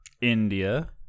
India